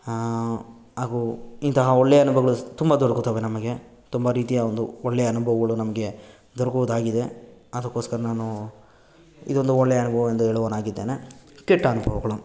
ಹಾಗೂ ಇಂತಹ ಒಳ್ಳೆಯ ಅನುಭವಗಳು ತುಂಬ ದೊರಕುತ್ತವೆ ನಮಗೆ ತುಂಬ ರೀತಿಯ ಒಂದು ಒಳ್ಳೆಯ ಅನುಭವಗಳು ನಮಗೆ ದೊರಕುವುದಾಗಿದೆ ಅದಕ್ಕೋಸ್ಕರ ನಾನು ಇದೊಂದು ಒಳ್ಳೆಯ ಅನುಭವ ಎಂದು ಹೇಳುವನಾಗಿದ್ದೇನೆ ಕೆಟ್ಟ ಅನುಭವಗಳು